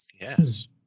Yes